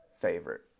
favorite